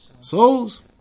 souls